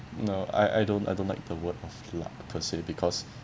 no I I don't I don't like the word of lack per se because